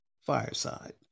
Fireside